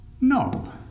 No